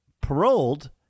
paroled